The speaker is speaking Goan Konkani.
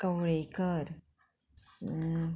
कंवळेकर